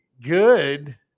Good